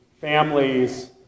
families